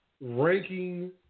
Ranking